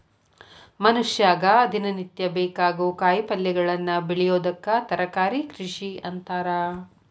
ಮನಷ್ಯಾಗ ದಿನನಿತ್ಯ ಬೇಕಾಗೋ ಕಾಯಿಪಲ್ಯಗಳನ್ನ ಬೆಳಿಯೋದಕ್ಕ ತರಕಾರಿ ಕೃಷಿ ಅಂತಾರ